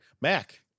Mac